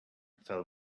fell